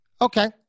Okay